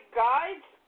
guides